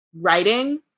writing